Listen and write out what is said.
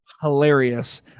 hilarious